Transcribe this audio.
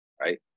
right